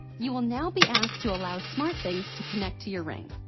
you will now be asked to allow smartthings to connect to your ring.